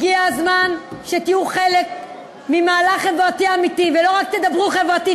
הגיע הזמן שתהיו חלק ממהלך חברתי אמיתי ולא רק תדברו חברתי.